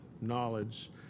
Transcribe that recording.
knowledge